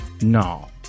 no